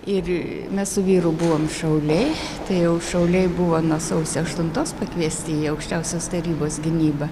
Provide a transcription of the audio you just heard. ir mes su vyru buvom šauliai tai jau šauliai buvo nuo sausio aštuntos pakviesti į aukščiausios tarybos gynybą